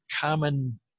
common